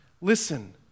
Listen